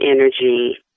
energy